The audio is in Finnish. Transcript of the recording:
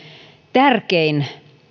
tärkein